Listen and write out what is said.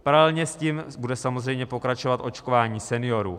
Paralelně s tím bude samozřejmě pokračovat očkování seniorů.